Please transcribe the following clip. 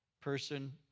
person